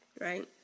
Right